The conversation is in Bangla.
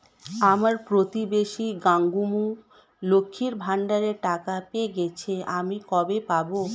আমার প্রতিবেশী গাঙ্মু, লক্ষ্মীর ভান্ডারের টাকা পেয়ে গেছে, আমি কবে পাব?